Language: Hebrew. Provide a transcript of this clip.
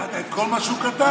קראת את כל מה שהוא כתב?